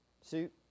suit